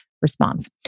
Response